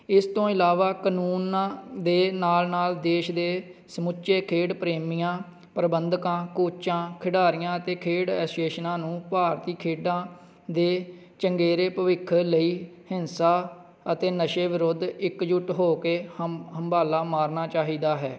ਇਸ ਤੋਂ ਇਲਾਵਾ ਕਾਨੂੰਨ ਦੇ ਨਾਲ ਨਾਲ ਦੇਸ਼ ਦੇ ਸਮੁੱਚੇ ਖੇਡ ਪ੍ਰੇਮੀਆਂ ਪ੍ਰਬੰਧਕਾਂ ਕੋਚਾਂ ਖਿਡਾਰੀਆਂ ਅਤੇ ਖੇਡ ਐਸੋਸ਼ੀਏਸ਼ਨਾਂ ਨੂੰ ਭਾਰਤੀ ਖੇਡਾਂ ਦੇ ਚੰਗੇਰੇ ਭਵਿੱਖ ਲਈ ਹਿੰਸਾ ਅਤੇ ਨਸ਼ੇ ਵਿਰੁੱਧ ਇੱਕਜੁੱਟ ਹੋ ਕੇ ਹੰ ਹੰਬਲਾ ਮਾਰਨਾ ਚਾਹੀਦਾ ਹੈ